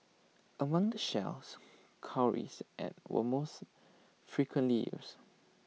among the shells cowries and were most frequently used